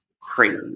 crazy